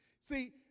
See